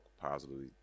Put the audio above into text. positively